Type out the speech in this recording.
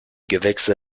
gewächse